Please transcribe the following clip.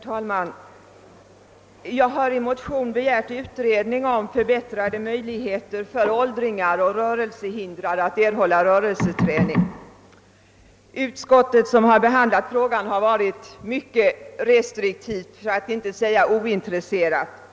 Herr talman! Jag har i en motion begärt utredning om förbättrade möjligheter för åldringar och rörelsehindrade att erhålia rörelseträning. Statsutskotiet har vid sin behandling av frågan intagit en mycket restriktiv för att inte säga ointresserad hållning.